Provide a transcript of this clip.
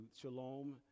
shalom